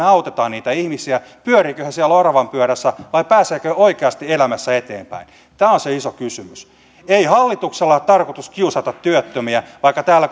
autamme niitä ihmisiä pyörivätkö he siellä oravanpyörässä vai pääsevätkö he oikeasti elämässä eteenpäin tämä on se iso kysymys ei hallituksella ole tarkoitus kiusata työttömiä vaikka täällä